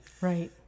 right